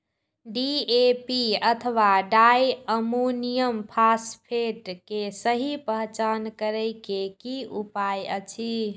DAP अथवा di ammonium phosphate के सहि पहचान करे के कि उपाय अछि?